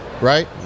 Right